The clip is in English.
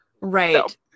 Right